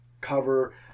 cover